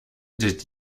did